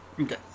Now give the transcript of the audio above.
Okay